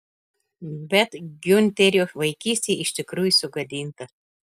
bet giunterio vaikystė iš tikrųjų sugadinta